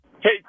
Hey